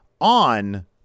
on